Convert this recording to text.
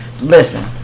listen